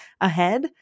ahead